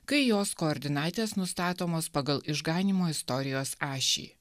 kai jos koordinatės nustatomos pagal išganymo istorijos ašį